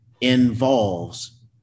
involves